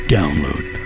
Download